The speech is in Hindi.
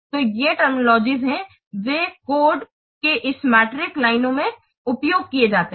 तो ये टर्मिनोलॉजीज़ हैं वे कोड के इस मीट्रिक लाइनों में उपयोग किए जाते हैं